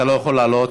אתה לא יכול לעלות.